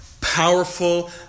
powerful